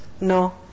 No